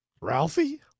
Ralphie